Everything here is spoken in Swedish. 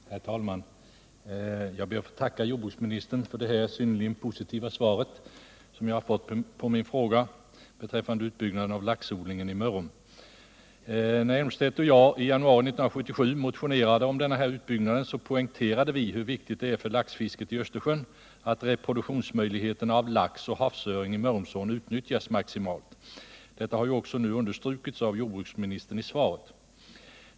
Herr talman! Jag ber att få tacka jordbruksministern för det synnerligen positiva svar som jag fått på min fråga huruvida utbyggnad av laxodlingen i Mörrum kan väntas komma till stånd. När Claes Elmstedt och jag i januari 1977 motionerade om en sådan utbyggnad poängterade vi hur viktigt det är för laxfisket i Östersjön att reproduktionsmöjligheterna av lax och havsöring i Mörrumsån utnyttjas maximalt. Detta har nu också understrukits av jordbruksministern i svaret.